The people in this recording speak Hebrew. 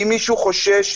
אם מישהו חושש,